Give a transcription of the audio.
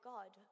God